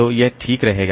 तो यह ठीक रहेगा